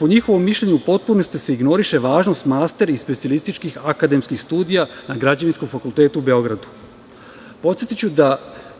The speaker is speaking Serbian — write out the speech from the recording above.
Po njihovom mišljenju se u potpunosti ignoriše važnost master i specijalističkih akademskih studija na Građevinskom fakultetu u Beogradu. Podsetiću da